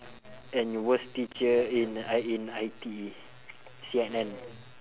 and your worst teacher in I in I_T_E C_N_N